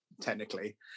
technically